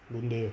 don't dare